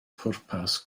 pwrpas